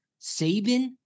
Saban